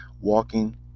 walking